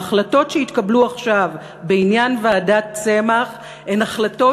ההחלטות שיתקבלו עכשיו בעניין ועדת צמח הן החלטות